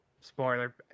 Spoiler